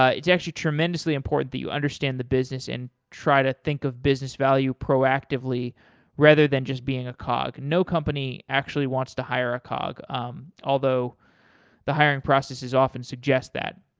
ah it's actually a tremendously important that you understand the business and try to think of business value proactively rather than just being a cog. no company actually wants to hire a cog, um although the hiring processes often suggest that.